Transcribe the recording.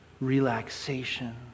relaxation